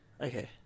Okay